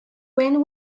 when